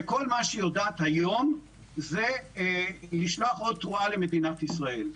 שכל מה שהיא יודעת היום זה לשלוח אות תרועה למדינת ישראל.